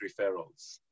referrals